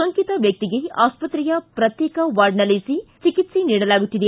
ಸೋಂಕಿತ ವ್ಯಕ್ಷಿಗೆ ಆಸ್ಪತ್ರೆಯ ಪ್ರತ್ತೇಕ ವಾರ್ಡ್ನಲ್ಲಿಸಿ ಚಿಕಿತ್ಸೆ ನೀಡಲಾಗುತ್ತಿದೆ